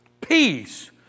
peace